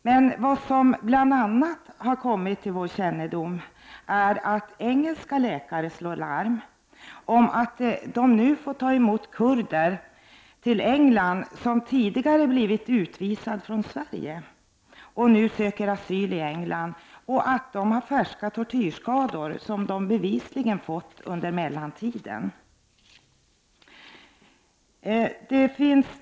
Men vad som bl.a. har kommit till vår kännedom är att engelska läkare slår larm om att man nu får ta emot kurder till England som tidigare har blivit utvisade från Sverige och nu söker asyl i England och att dessa personer har färska tortyrskador som de bevisligen fått under mellantiden.